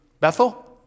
Bethel